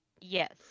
Yes